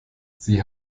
sie